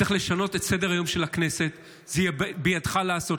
צריך לשנות את סדר-היום של הכנסת, זה בידך לעשות.